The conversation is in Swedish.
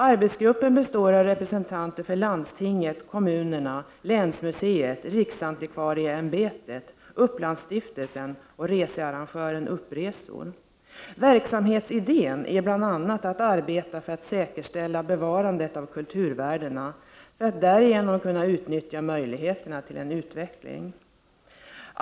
Arbetsgruppen består av representanter för landstinget, kommunerna, länsmuseet, riksantikvarieämbetet, Upplandsstiftelsen och researrangören UppResor. Verksamhetsidén är bl.a. att arbeta för att säkerställa bevarandet av kulturvärden, för att därigenom kunna utnyttja möjligheterna till utveckling.